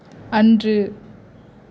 அன்று